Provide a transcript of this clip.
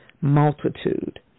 multitude